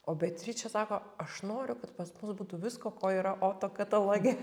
o beatričė sako aš noriu kad pas mus būtų visko ko yra oto kataloge